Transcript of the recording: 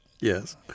Yes